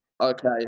Okay